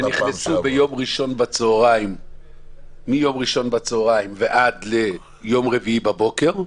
שנכנסו ביום ראשון בצהריים ועד ליום רביעי בבוקר,